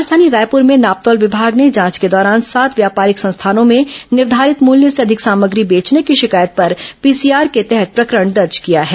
राजधानी रायपुर में नापतौल विभाग ने जांच के दौरान सात व्यापारिक संस्थानों में निर्धारित मूल्य से अधिक सामग्री बेचने की शिकायत पर पीसीआर के तहत प्रकरण दर्ज किया है